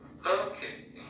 okay